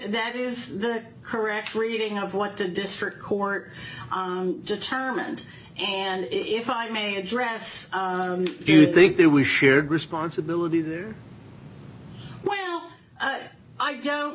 that is the correct reading of what the district court judge determined and if i may address do you think that we shared responsibility there i don't